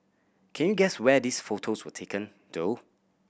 can you guess where these photos were taken though